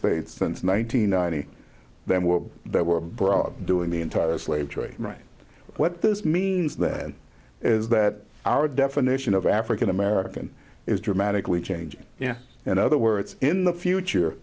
states since one thousand nine hundred that were brought up doing the entire slave trade right what this means that is that our definition of african american is dramatically changed yeah in other words in the future